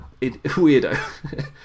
weirdo